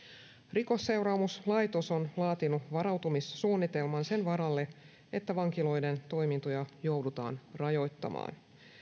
rikosseuraamuslaitos on laatinut varautumissuunnitelman sen varalle että vankiloiden toimintoja joudutaan rajoittamaan